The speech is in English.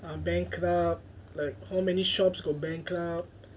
um bankrupt like how many shops got bankrupt